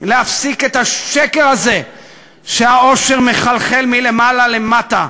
ולהפסיק את השקר הזה שהעושר מחלחל מלמעלה למטה.